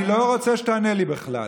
אני לא רוצה שתענה לי בכלל.